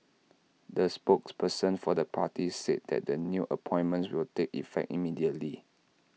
the spokesperson for the party said that the new appointments will take effect immediately